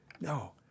No